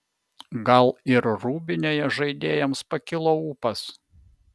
gal ir rūbinėje žaidėjams pakilo ūpas